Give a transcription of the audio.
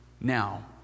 Now